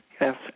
Yes